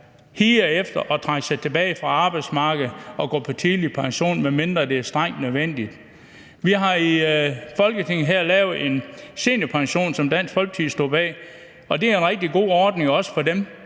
higer efter at trække sig tilbage fra arbejdsmarkedet og gå på tidlig pension, medmindre det er strengt nødvendigt. Vi har her i Folketinget lavet en seniorpension, som Dansk Folkeparti stod bag, og det er en rigtig god ordning, også for dem,